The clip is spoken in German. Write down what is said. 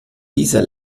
dieser